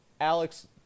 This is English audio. Alex